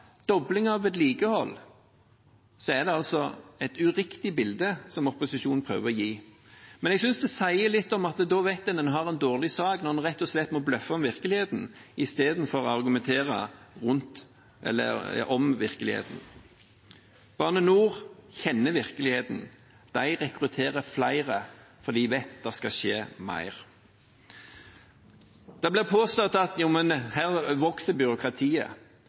dobling av vedlikehold. Jeg synes det sier litt om at en vet at en har en dårlig sak når en rett og slett må bløffe om virkeligheten istedenfor å argumentere om virkeligheten. Bane NOR kjenner virkeligheten. De rekrutterer flere, for de vet det skal skje mer. Det blir påstått at her vokser byråkratiet.